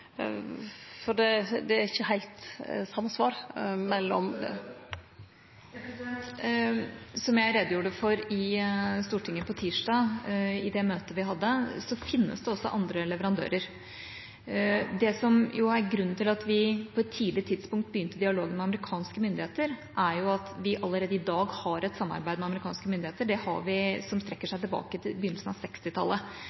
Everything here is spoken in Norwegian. for det er ikkje heilt samsvar mellom ... Som jeg redegjorde for i Stortinget på tirsdag i det møtet vi hadde, finnes det også andre leverandører. Det som er grunnen til at vi på et tidlig tidspunkt begynte en dialog med amerikanske myndigheter, er at vi allerede i dag har et samarbeid med amerikanske myndigheter, som strekker seg tilbake til begynnelsen av 1960-tallet. Det